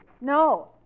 No